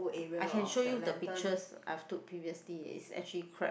I can show you the pictures I've took previously it's actually crap